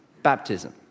baptism